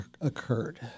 occurred